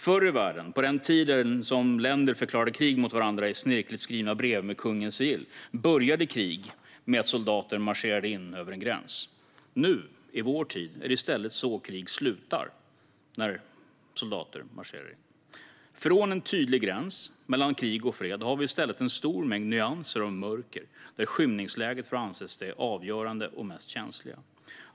Förr i världen, på den tiden länder förklarade krig mot varandra i snirkligt skrivna brev med kungens sigill, började krig med att soldater marscherade in över en gräns. I vår tid är det i stället så krig slutar - med att soldater marscherar in. Från en tydlig gräns mellan krig och fred har vi i stället ett stort antal nyanser av mörker där skymningsläget får anses vara det avgörande och mest känsliga.